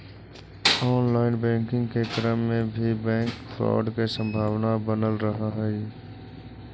online banking के क्रम में भी बैंक फ्रॉड के संभावना बनल रहऽ हइ